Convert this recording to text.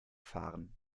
fahren